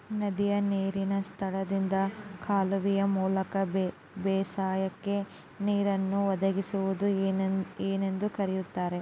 ನದಿಯ ನೇರಿನ ಸ್ಥಳದಿಂದ ಕಾಲುವೆಯ ಮೂಲಕ ಬೇಸಾಯಕ್ಕೆ ನೇರನ್ನು ಒದಗಿಸುವುದಕ್ಕೆ ಏನೆಂದು ಕರೆಯುತ್ತಾರೆ?